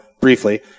briefly